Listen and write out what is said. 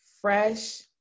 fresh